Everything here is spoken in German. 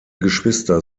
geschwister